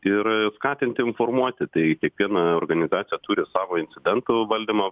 ir skatinti informuoti tai kiekviena organizacija turi savo incidentų valdymo